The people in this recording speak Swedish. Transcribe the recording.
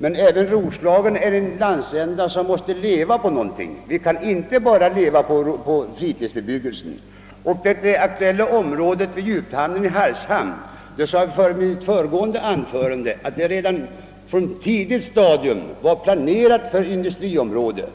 Även Roslagen är emellertid en landsända som måste leva på någonting, och man kan inte leva enbart på fritidsbebyggelse. I mitt föregående anförande påpekade jag att det aktuella området vid Hargshamn redan på ett tidigt stadium var planerat för industrier.